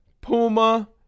Puma